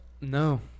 No